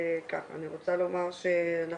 ככה, אני רוצה לומר שאנחנו,